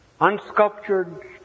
unsculptured